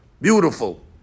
Beautiful